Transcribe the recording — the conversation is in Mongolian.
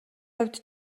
хувьд